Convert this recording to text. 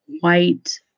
white